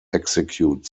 execute